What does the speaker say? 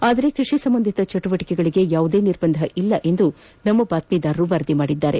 ಆದರೆ ಕೃಷಿ ಸಂಬಂಧಿತ ಚಟುವಟಿಕೆಗಳಿಗೆ ಯಾವುದೇ ನಿರ್ಬಂಧ ಇಲ್ಲ ಎಂದು ನಮ್ನ ಬಾತ್ನೀದಾರರು ವರದಿ ಮಾಡಿದ್ದಾರೆ